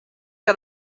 que